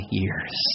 years